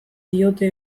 diote